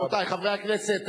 רבותי חברי הכנסת,